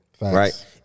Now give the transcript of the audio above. right